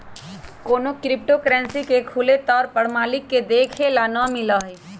कौनो crypto currency के खुले तौर पर मालिक के देखे ला ना मिला हई